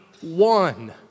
one